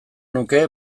nuke